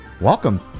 welcome